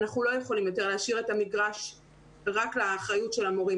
אנחנו לא יכולים יותר להשאיר את המגרש רק לאחריות של המורים,